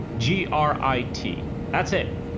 g r i t, that's it.